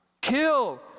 kill